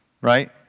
right